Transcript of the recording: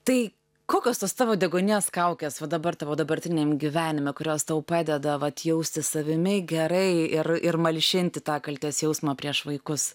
tai kokios tos tavo deguonies kaukės va dabar tavo dabartiniam gyvenime kurios tau padeda vat jaustis savimi gerai ir ir malšinti tą kaltės jausmą prieš vaikus